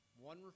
One